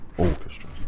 orchestra